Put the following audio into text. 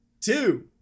two